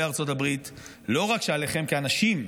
בארצות הברית: לא רק שעליכם כאנשים,